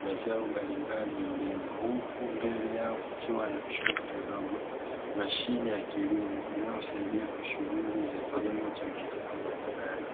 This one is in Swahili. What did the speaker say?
mazao mbalimbali hulimwa. Huku mbele yao kukiwa na trekta dogo mashine ya kilimo inayosaidia kwa shughuli za kilimo cha mazao mbalimbali.